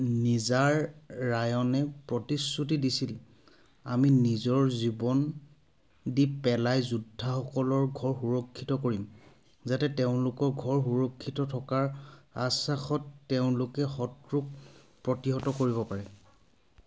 নিজাৰ ৰায়নে প্ৰতিশ্ৰুতি দিছিল আমি নিজৰ জীৱন দি পেলাই যোদ্ধাসকলৰ ঘৰ সুৰক্ষিত কৰিম যাতে তেওঁলোকৰ ঘৰ সুৰক্ষিত থকাৰ আশ্বাসত তেওঁলোকে শত্ৰুক প্ৰতিহত কৰিব পাৰে